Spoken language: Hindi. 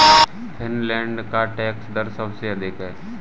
फ़िनलैंड का टैक्स दर सबसे अधिक है